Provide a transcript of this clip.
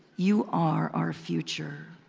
you are our future.